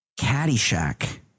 Caddyshack